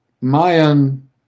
Mayan